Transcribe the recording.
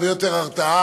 הרבה יותר הרתעה,